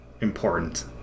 important